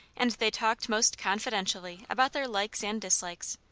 and they talked most confidentially about their likes and dislikes,